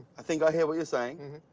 i think i hear what you're saying.